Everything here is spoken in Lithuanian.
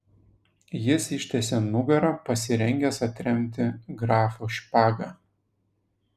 jis ištiesė nugarą pasirengęs atremti grafo špagą